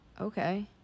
Okay